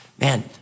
Man